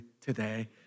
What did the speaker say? today